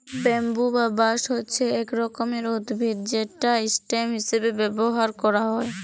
bamboo বা বাঁশ হছে ইক রকমের উদ্ভিদ যেট ইসটেম হিঁসাবে ব্যাভার ক্যারা হ্যয়